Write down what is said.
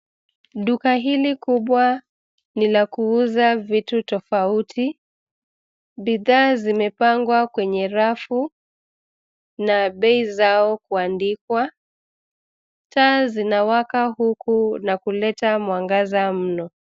Duka hili kubwa, ni la kuuza vitu tofauti, bidhaa zimepangwa kwenye rafu, na bei zao kuandikwa, taa zinawaka huku na kuleta mwangaza mno.